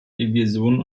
divisionen